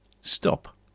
stop